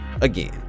Again